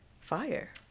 fire